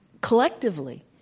collectively